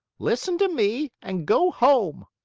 listen to me and go home.